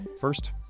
First